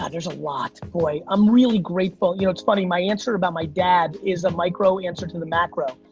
ah there's a lot, boy. i'm really grateful, you know, it's funny, my answer about my dad, is a micro answer to the macro.